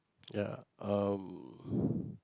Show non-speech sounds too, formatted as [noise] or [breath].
ya uh [breath]